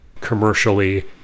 commercially